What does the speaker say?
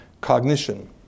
cognition